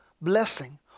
blessing